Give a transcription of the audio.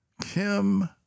Kim